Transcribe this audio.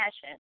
passion